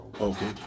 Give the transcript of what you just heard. Okay